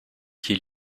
qui